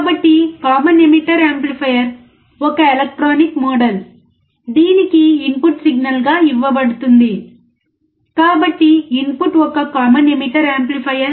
కాబట్టి common emitter amplifier ఒక electronic model దీనికి ఇన్పుట్ సిగ్నల్ గా ఇవ్వబడుతుంది కాబట్టి ఇన్పుట్ ఒక కామన్ ఎమిటర్ యాంప్లిఫైయర్